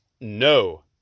No